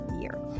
year